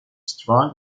strong